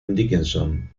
dickinson